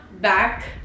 back